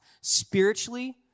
spiritually